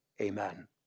Amen